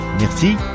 Merci